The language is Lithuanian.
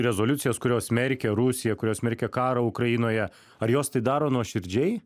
rezoliucijas kurios smerkia rusiją kurios smerkia karą ukrainoje ar jos tai daro nuoširdžiai